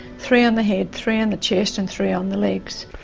three on the head, three on the chest and three on the legs.